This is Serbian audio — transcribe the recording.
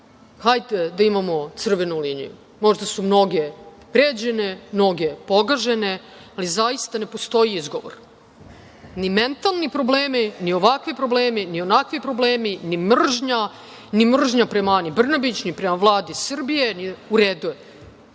Hajde da imamo crvenu liniju. Možda su mnoge pređene, mnoge pogažene, ali zaista ne postoji izgovor - ni mentalni problemi, ni ovakvi problemi, ni onakvi problemi, ni mržnja, ni mržnja prema Ani Brnabić, ni prema Vladi Srbije. Evo, nas